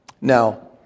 Now